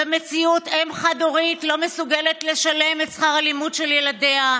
במציאות אם חד-הורית לא מסוגלת לשלם את שכר הלימוד של ילדיה,